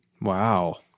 wow